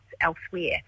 elsewhere